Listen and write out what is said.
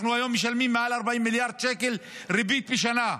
היום אנחנו משלמים מעל 40 מיליארד שקל ריבית בשנה.